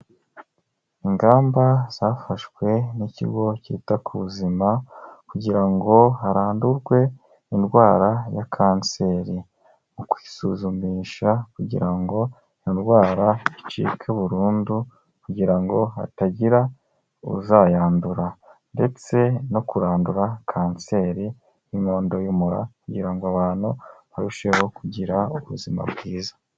Ingamba zafashwe n'ikigo kita ku buzima kugira ngo harandurwe indwara ya kanseri. Mu kwisuzumisha kugira ngo iyo ndwara icike burundu kugira ngo hatagira uzayandura ndetse no kurandura kanseri y'inkondo y'umura kugira ngo abantu barusheho kugira ubuzima bwiza.